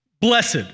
Blessed